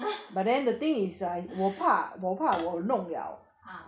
ah